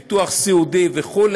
ביטוח סיעודי וכו',